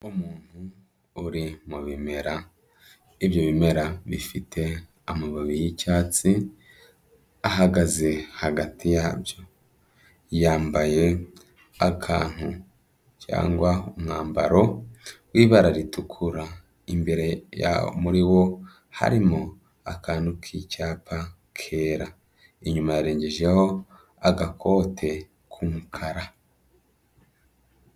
Umuntu uri mu bimera, ibyo bimera bifite amababi y'icyatsi ahagaze hagati yabyo, yambaye akantu cyangwa umwambaro w'ibara ritukura, imbere yaho muri wo harimo akantu k'icyapa kera, inyuma yarengejeho agakote k'umukara.